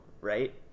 right